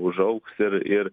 užaugs ir ir